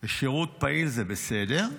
של שירות פעיל, זה בסדר,